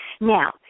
Now